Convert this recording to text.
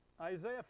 Isaiah